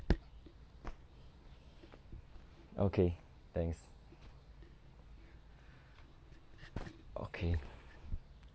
okay thanks okay